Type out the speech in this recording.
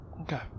Okay